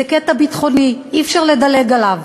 זה קטע ביטחוני, אי-אפשר לדלג עליו.